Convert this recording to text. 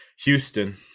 Houston